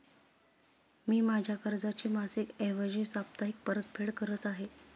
मी माझ्या कर्जाची मासिक ऐवजी साप्ताहिक परतफेड करत आहे